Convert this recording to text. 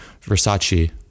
versace